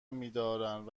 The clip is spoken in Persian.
میدارند